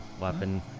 weapon